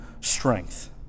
strength